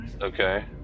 Okay